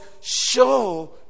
show